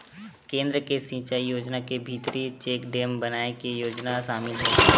केन्द्र के सिचई योजना के भीतरी चेकडेम बनाए के योजना सामिल हे